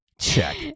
Check